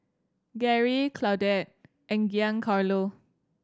Garry Claudette and Giancarlo